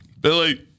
Billy